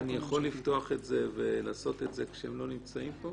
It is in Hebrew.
אני יכול לפתוח את זה ולעשות את זה כשהם לא נמצאים פה?